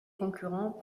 concurrents